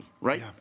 Right